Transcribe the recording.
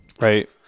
Right